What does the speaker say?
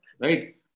Right